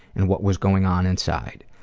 and what was going on inside.